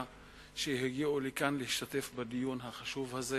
שהגיעו לכאן להשתתף בדיון החשוב הזה.